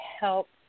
help